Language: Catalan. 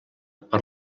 per